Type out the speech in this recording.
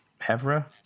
Hevra